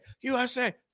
USA